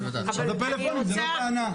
אז הפלאפונים זה לא טענה.